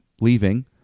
leaving